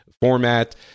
format